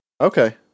Okay